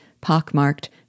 pockmarked